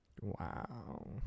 Wow